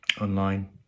online